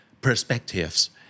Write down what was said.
perspectives